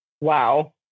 wow